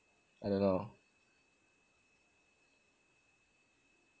I don't know